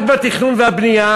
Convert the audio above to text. רק בתכנון והבנייה,